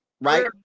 Right